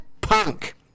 Punk